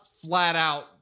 flat-out